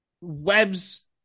webs